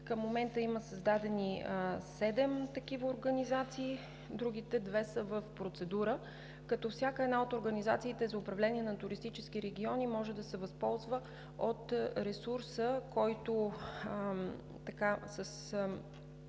Към момента има създадени седем такива организации, другите две са в процедура, като всяка една от организациите за управление на туристически региони може да се възползва от ресурса, който с